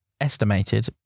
estimated